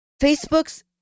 Facebook's